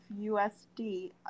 USD